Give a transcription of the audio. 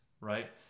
right